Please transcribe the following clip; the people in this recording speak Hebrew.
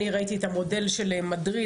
אני ראיתי את המודל של מדריד,